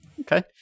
Okay